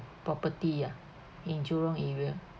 property ah in jurong area